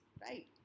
right